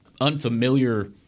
unfamiliar